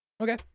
okay